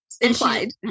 implied